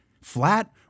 flat